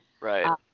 Right